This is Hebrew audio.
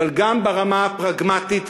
אבל גם ברמה הפרגמטית,